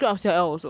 orh so it's not